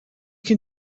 can